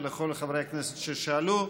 ולכל חברי הכנסת ששאלו.